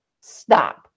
stop